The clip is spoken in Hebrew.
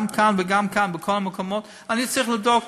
גם כאן וגם כאן, בכל המקומות אני צריך לדאוג.